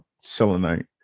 selenite